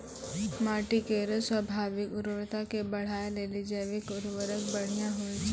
माटी केरो स्वाभाविक उर्वरता के बढ़ाय लेलि जैविक उर्वरक बढ़िया होय छै